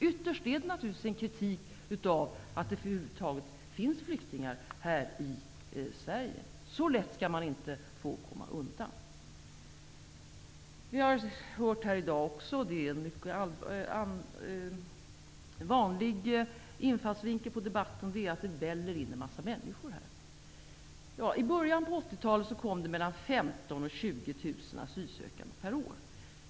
Ytterst är det naturligtvis en kritik av att det över huvud taget finns flyktingar här i Sverige. Så lätt skall man inte få komma undan. En mycket vanlig infallsvinkel i debatten, som förekommit även här i dag, är att det väller in en massa människor i vårt land. I början på 1980-talet kom mellan 15 000 och 20 000 asylsökande per år.